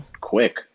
quick